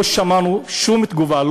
לא שמענו שום תגובה,